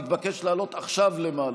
מתבקש לעלות עכשיו למעלה.